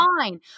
fine